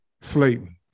Slayton